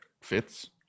fits